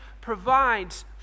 provides